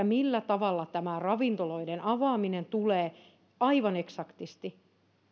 millä tavalla tämä ravintoloiden avaaminen ensimmäinen kuudetta tulee aivan eksaktisti